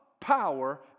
power